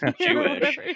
Jewish